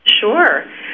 Sure